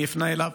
אני אפנה אליו.